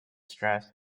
stress